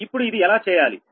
ఇప్పుడు ఇది ఎలా చేయాలి